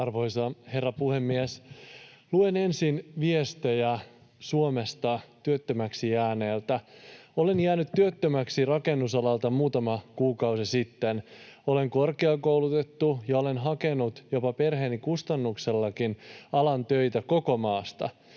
Arvoisa herra puhemies! Luen ensin viestejä Suomesta, työttömäksi jääneeltä: ”Olen jäänyt työttömäksi rakennusalalta muutama kuukausi sitten. Olen korkeakoulutettu ja olen hakenut jopa perheeni kustannuksellakin alan töitä koko maasta.